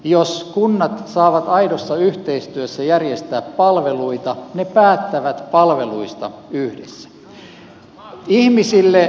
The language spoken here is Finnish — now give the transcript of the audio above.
jos kunnat saavat aidossa yhteistyössä järjestää palveluita ne päättävät palveluista yhdessä